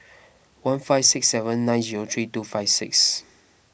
one five six seven nine zero three two five six